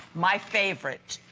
my favorite.